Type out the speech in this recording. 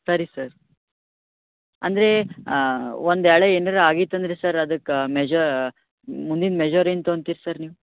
ಸರಿ ಸರ್ ಅಂದರೆ ಒಂದ್ವೇಳೆ ಏನಾರ ಆಗಿತ್ತು ಅಂದರೆ ಸರ್ ಅದಕ್ಕೆ ಮೆಜ ಮುಂದಿನ್ ಮೆಜರ್ ಏನು ತಗೊತೀರಿ ಸರ್ ನೀವು